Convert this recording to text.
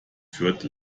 fürth